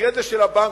במקרה זה של הבנק,